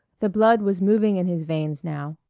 the blood was moving in his veins now.